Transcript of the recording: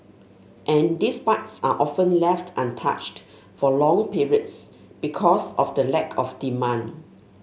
and these bikes are often left untouched for long periods because of the lack of demand